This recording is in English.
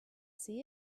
see